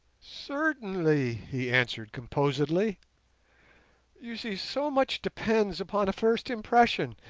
certainly, he answered composedly you see so much depends upon a first impression,